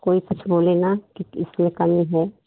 कोई कुछ बोले ना कि कैसे करनी है